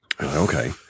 Okay